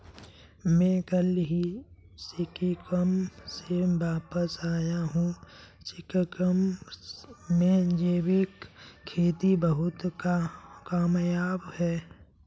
मैं कल ही सिक्किम से वापस आया हूं सिक्किम में जैविक खेती बहुत कामयाब है